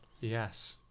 Yes